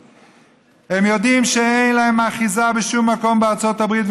הם יודעים שאין להם אחיזה בשום מקום בארצות הברית,